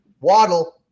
Waddle